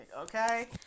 okay